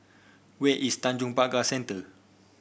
where is Tanjong Pagar Centre